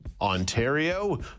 Ontario